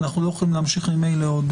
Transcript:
אנחנו יכולים להמשיך עוד